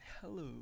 Hello